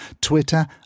Twitter